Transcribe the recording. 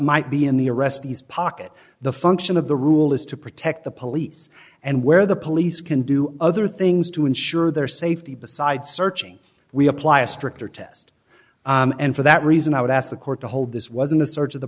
might be in the arrestees pocket the function of the rule is to protect the police and where the police can do other things to ensure their safety besides searching we apply a stricter to and for that reason i would ask the court to hold this wasn't a search of the